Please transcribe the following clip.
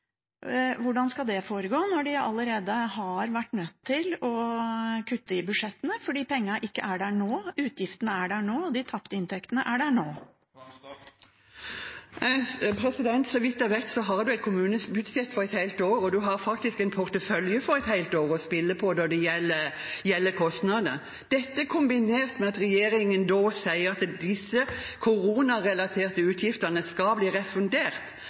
Hvordan skal det foregå, når de allerede har vært nødt til å kutte i budsjettene fordi pengene ikke er der nå? Utgiftene er der nå, de tapte inntektene er der nå. Så vidt jeg vet, har man et kommunebudsjett for et helt år, og man har faktisk en portefølje for et helt år å spille på når det gjelder kostnadene. Dette er kombinert med at regjeringen sier at de koronarelaterte utgiftene skal bli refundert.